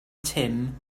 tim